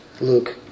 Luke